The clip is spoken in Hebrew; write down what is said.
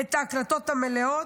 לקבל את ההקלטות המלאות.